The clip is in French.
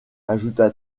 ajouta